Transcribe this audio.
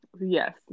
yes